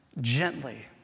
gently